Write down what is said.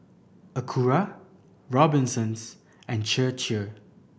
Acura Robinsons and Chir Chir